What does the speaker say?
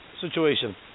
situation